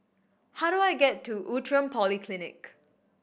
how do I get to Outram Polyclinic